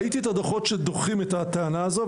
ראיתי את הדוחות שדוחים את הטענה הזאת,